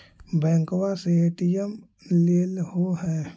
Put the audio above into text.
बैंकवा से ए.टी.एम लेलहो है?